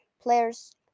players